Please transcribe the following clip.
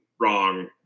wrong